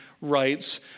rights